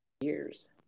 years